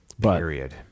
Period